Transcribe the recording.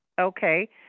okay